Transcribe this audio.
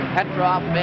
Petrov